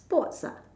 sports ah